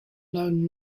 known